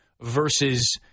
versus